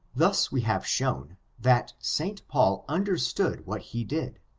thus we have shown, that st paul understood what he did,